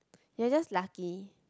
you're just lucky